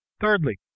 Thirdly